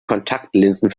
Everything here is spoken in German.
kontaktlinsen